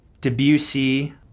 Debussy